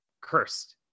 cursed